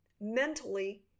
mentally